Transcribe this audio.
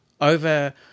over